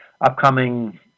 upcoming